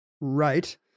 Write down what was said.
Right